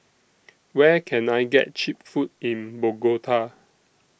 Where Can I get Cheap Food in Bogota